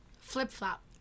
Flip-flop